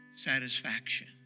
Satisfaction